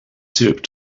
syrup